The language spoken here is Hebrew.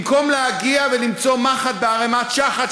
במקום להגיע ולמצוא מחט בערימת שחת,